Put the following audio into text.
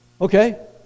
Okay